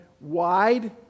wide